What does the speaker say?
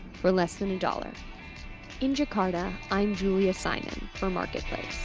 for less than a dollar in jakarta, i'm julia simon for marketplace